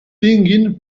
tinguin